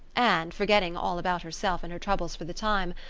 anne, forgetting all about herself and her troubles for the time,